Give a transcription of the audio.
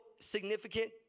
significant